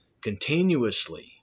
continuously